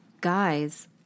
guys